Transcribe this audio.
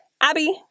Abby